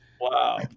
Wow